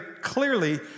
clearly